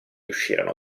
uscirono